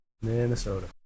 Minnesota